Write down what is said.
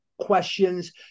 Questions